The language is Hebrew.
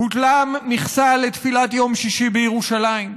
בוטלה מכסה לתפילת יום שישי בירושלים.